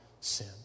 sin